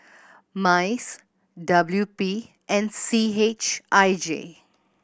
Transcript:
MICE W P and C H I J